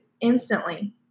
instantly